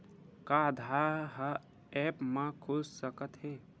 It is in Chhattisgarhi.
का आधार ह ऐप म खुल सकत हे?